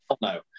No